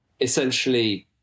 essentially